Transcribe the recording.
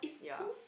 ya